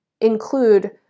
include